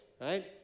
right